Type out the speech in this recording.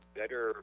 better